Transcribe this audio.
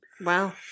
Wow